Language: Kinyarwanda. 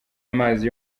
amazi